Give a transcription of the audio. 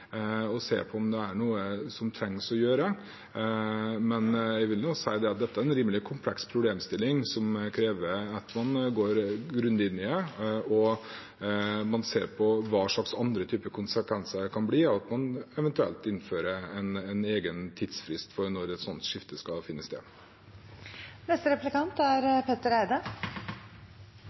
se om det er noe som trengs å gjøres. Men jeg vil jo si at dette er en rimelig kompleks problemstilling, som krever at en går grundig inn i det og ser på hvilke andre konsekvenser det kan få at en eventuelt innfører en egen tidsfrist for når et slikt skifte skal finne sted. Fremskrittspartiet er jo et frihetsbejaende parti. De er